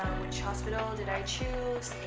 which hospital did i choose